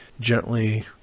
gently